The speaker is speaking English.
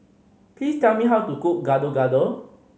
please tell me how to cook Gado Gado